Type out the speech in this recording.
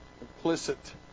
implicit